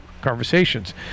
conversations